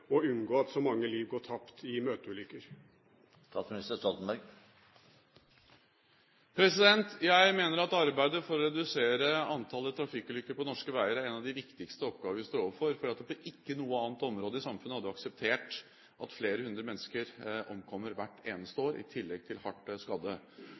og unngå at så mange liv går tapt i møteulykker. Jeg mener at arbeidet for å redusere antallet trafikkulykker på norske veier er en av de viktigste oppgavene vi står overfor. På ikke noe annet område i samfunnet hadde vi akseptert at flere hundre mennesker omkommer hvert eneste år, i tillegg til hardt skadde.